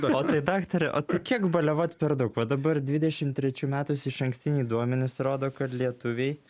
o tai daktare o tai kiek baliavot per daug va dabar dvidešimt trečių metų išankstiniai duomenys rodo kad lietuviai